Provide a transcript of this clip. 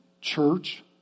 church